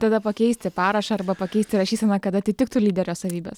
tada pakeisti parašą arba pakeisti rašyseną kad atitiktų lyderio savybes